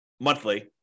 monthly